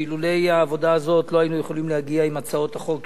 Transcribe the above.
ולולא העבודה הזו לא היינו יכולים להגיע עם הצעות החוק,